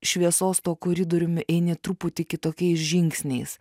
šviesos tuo koridoriumi eini truputį kitokiais žingsniais